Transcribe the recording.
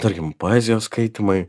tarkim poezijos skaitymai